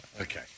Okay